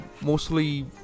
mostly